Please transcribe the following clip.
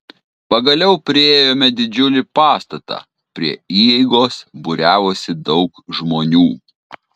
pagaliau priėjome didžiulį pastatą prie įeigos būriavosi daug žmonių